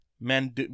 men